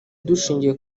dushingiye